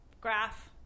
graph